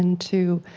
and to,